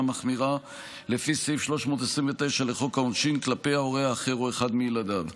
מחמירה לפי סעיף 329 לחוק העונשין כלפי ההורה האחר או אחד מילדיו.